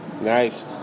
Nice